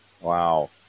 Wow